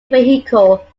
vehicle